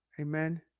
Amen